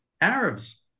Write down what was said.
Arabs